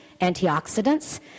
antioxidants